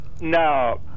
No